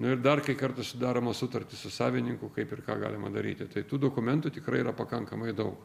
nu ir dar kai kartais sudaroma sutartis su savininku kaip ir ką galima daryti tai tų dokumentų tikrai yra pakankamai daug